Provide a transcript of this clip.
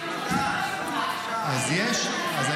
תגמול בדבר השירות ללא מס ------ לא,